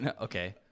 okay